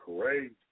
Crazy